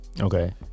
Okay